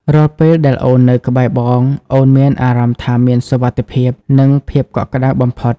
រាល់ពេលដែលអូននៅក្បែរបង អូនមានអារម្មណ៍ថាមានសុវត្ថិភាព និងភាពកក់ក្តៅបំផុត។